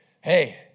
Hey